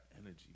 energy